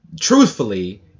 truthfully